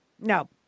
No